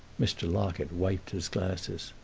mr. locket wiped his glasses.